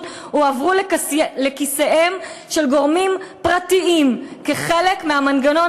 עברו לכיסיהם של גורמים פרטיים כחלק מהמנגנון